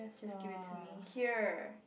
just give it to me here